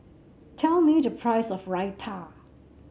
tell me the price of Raita